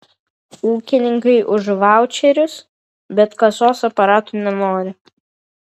ūkininkai už vaučerius bet kasos aparatų nenori